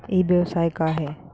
ई व्यवसाय का हे?